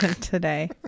today